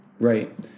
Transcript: Right